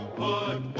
put